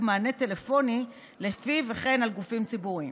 מענה טלפוני לפיה וכן על גופים ציבוריים.